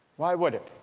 why would it?